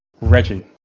Reggie